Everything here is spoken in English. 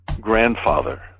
grandfather